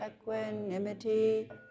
equanimity